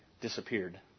disappeared